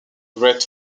great